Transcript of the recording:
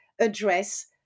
address